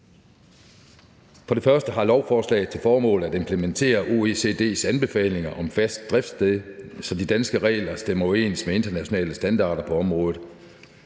For det første har lovforslaget til formål at implementere OECD's anbefalinger om fast driftssted, så de danske regler stemmer overens med internationale standarder på området.